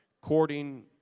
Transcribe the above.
courting